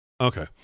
Okay